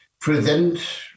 present